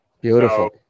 beautiful